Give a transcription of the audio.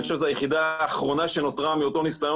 אני חושב שזו היחידה האחרונה שנותרה מאותו ניסיון